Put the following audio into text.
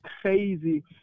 Crazy